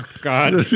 God